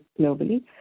globally